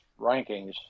rankings